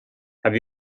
have